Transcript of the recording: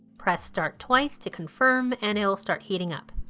press start twice to confirm and it will start heating up. a